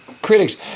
Critics